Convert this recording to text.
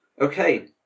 okay